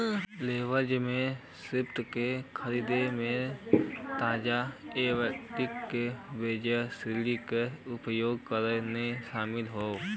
leverage में संपत्ति क खरीद में ताजा इक्विटी के बजाय ऋण क उपयोग करना शामिल हौ